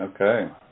Okay